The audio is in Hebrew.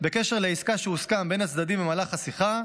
בקשר לעסקה שהוסכם בין הצדדים במהלך השיחה,